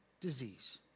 disease